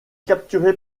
capturé